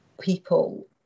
people